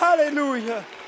Hallelujah